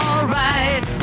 Alright